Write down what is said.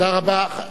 תודה רבה.